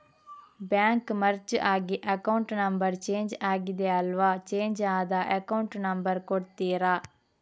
Bank merge ಆಗಿ account number change ಆಗಿದೆ ಅಲ್ವಾ, ಚೇಂಜ್ ಆದ ಅಕೌಂಟ್ ನಂಬರ್ ಕೊಡ್ತೀರಾ?